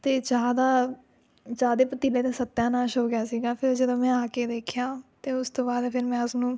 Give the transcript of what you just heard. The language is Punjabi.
ਅਤੇ ਚਾਹ ਦਾ ਚਾਹ ਦੇ ਪਤੀਲੇ ਦਾ ਸੱਤਿਆਨਾਸ ਹੋ ਗਿਆ ਸੀਗਾ ਫੇਰ ਜਦੋ ਮੈਂ ਆ ਕੇ ਦੇਖਿਆ ਅਤੇ ਉਸ ਤੋਂ ਬਾਅਦ ਫੇਰ ਮੈਂ ਉਸਨੂੰ